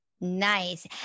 Nice